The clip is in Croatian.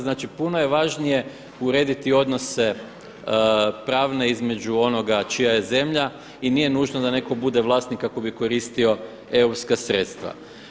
Znači puno je važnije urediti odnose pravne između onoga čija je zemlja i nije nužno da neko bude vlasnik ako bi koristio europska sredstva.